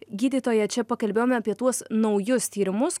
gydytoja čia pakalbėjom apie tuos naujus tyrimus